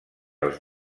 els